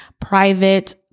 private